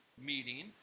meeting